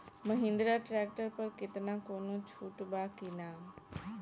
Mahindra tractor पर केतना कौनो छूट बा कि ना?